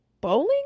bowling